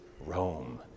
Rome